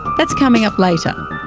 that's coming up later.